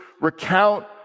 recount